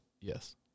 Yes